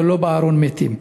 ולא בארון מתים.